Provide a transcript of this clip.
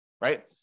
right